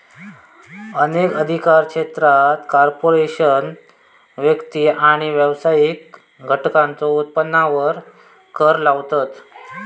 अनेक अधिकार क्षेत्रा कॉर्पोरेशनसह व्यक्ती आणि व्यावसायिक घटकांच्यो उत्पन्नावर कर लावतत